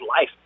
life